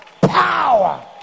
Power